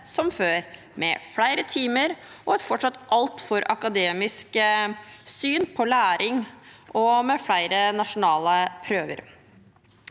som før – med flere timer, et fortsatt altfor akademisk syn på læring og med flere nasjonale prøver.